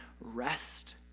rest